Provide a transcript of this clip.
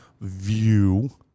view